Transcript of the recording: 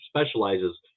specializes